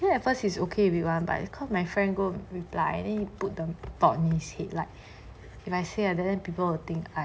then at first he's okay with it [one] but cause my friend go reply then he put the thought in his head like if I say like that other people will think